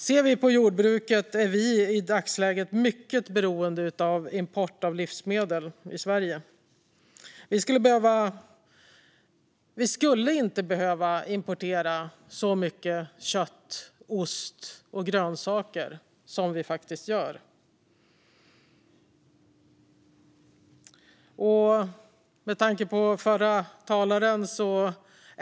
Ser vi på jordbruket är vi i Sverige i dagsläget mycket beroende av import av livsmedel. Vi skulle inte behöva importera så mycket kött, ost och grönsaker som vi faktiskt gör.